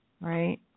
right